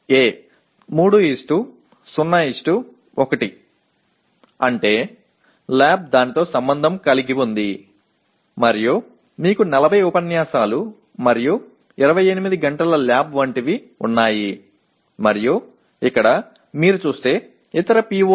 ஒரு 3 0 1 அதாவது ஆய்வகம் அதனுடன் தொடர்புடையது உங்களிடம் 40 விரிவுரைகள் மற்றும் 28 மணிநேர ஆய்வகம் போன்றவை உள்ளன இங்கே நீங்கள் பார்த்தால் மற்ற பி